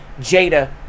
Jada